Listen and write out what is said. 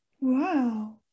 Wow